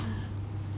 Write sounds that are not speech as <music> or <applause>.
<noise>